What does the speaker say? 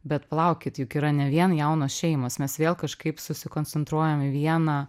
bet palaukit juk yra ne vien jaunos šeimos mes vėl kažkaip susikoncentruojam į vieną